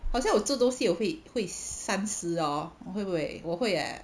好像我做东西我会会三思 loh 会不会我会 leh